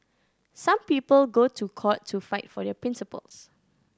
some people go to court to fight for their principles